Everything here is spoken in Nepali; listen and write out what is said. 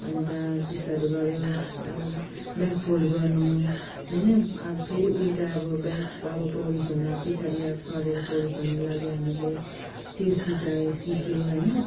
अन्त तेस्तोहरू गऱ्यो अब ब्याक फोल्ड गर्नु होइन अब फेरि उल्टा अब ब्याक अब पौडी खेल्नु अब पिछाडी सरेर अब पौडी खेल्नुको लागि हामीले त्यो सिकायो सिकेँ होइन